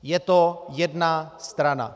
Je to jedna strana.